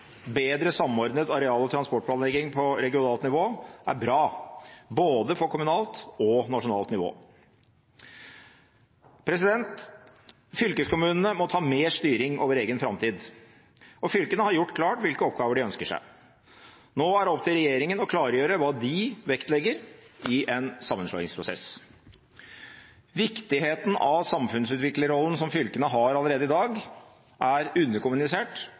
Bedre samordnet areal- og transportplanlegging på regionalt nivå er bra, både for kommunalt og for nasjonalt nivå. Fylkeskommunene må ta mer styring over egen framtid, og fylkene har gjort klart hvilke oppgaver de ønsker seg. Nå er det opp til regjeringen å klargjøre hva de vektlegger i en sammenslåingsprosess. Viktigheten av samfunnsutviklerrollen som fylkene har allerede i dag, er underkommunisert